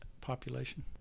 population